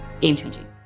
game-changing